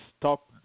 stop